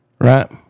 right